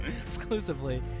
Exclusively